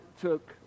took—